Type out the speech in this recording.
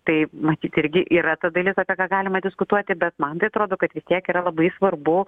tai matyt irgi yra ta dalis apie ką galima diskutuoti bet man tai atrodo kad vis tiek yra labai svarbu